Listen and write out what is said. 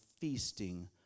feasting